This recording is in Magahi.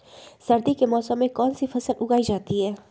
सर्दी के मौसम में कौन सी फसल उगाई जाती है?